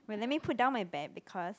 wait let me put down my bag because